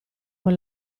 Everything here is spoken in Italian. con